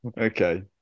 Okay